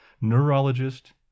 neurologist